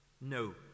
No